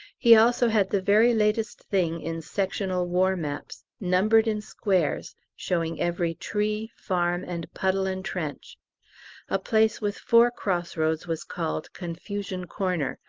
he also had the very latest thing in sectional war maps, numbered in squares, showing every tree, farm, and puddle and trench a place with four cross-roads was called confusion corner,